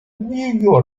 нью